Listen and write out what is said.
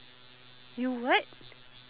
you what